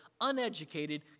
uneducated